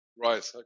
right